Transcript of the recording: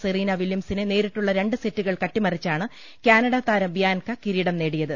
Serena വില്യംസിനെ നേരിട്ടുള്ള രണ്ട് സെറ്റു കൾക്ക് അട്ടിമറിച്ചാണ് കാനഡ താരം ബിയാൻക കിരീടം നേടിയത്